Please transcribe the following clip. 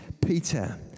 Peter